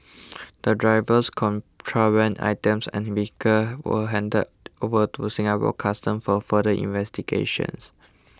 the drivers contraband items and vehicles were handed over to Singapore Customs for further investigations